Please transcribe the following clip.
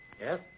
Yes